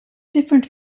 different